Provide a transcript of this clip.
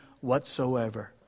whatsoever